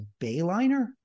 bayliner